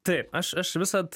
taip aš aš visad